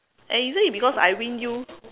and isn't it because I win you